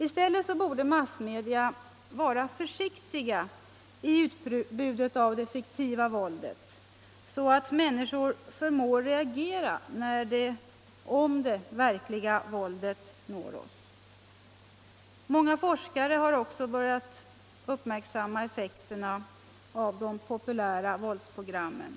I stället borde massmedia vara försiktiga i utbudet av det fiktiva våldet, så att människorna förmår reagera om det verkliga våldet når oss. Många forskare har också börjat uppmärksamma effekterna av de populära våldsprogrammen.